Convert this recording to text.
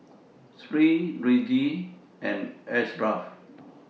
Sri Rizqi and Ashraf